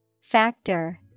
Factor